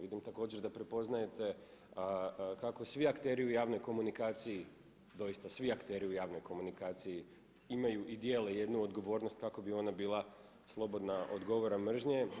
Vidim također da prepoznajete kako svi akteri u javnoj komunikaciji doista svi akteri u javnoj komunikaciji imaju i dijele jednu odgovornost kako bi ona bila slobodna od govora mržnje.